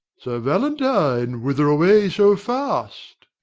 sir valentine, whither away so fast?